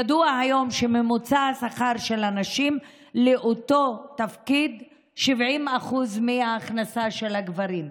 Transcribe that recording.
ידוע היום שממוצע השכר של הנשים לאותו תפקיד הוא 70% מההכנסה של הגברים.